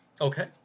Okay